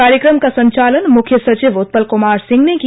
कार्यक्रम का संचालन मुख्य सचिव उत्पल कुमार सिंह ने किया